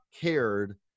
cared